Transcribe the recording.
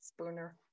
Spooner